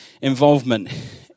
involvement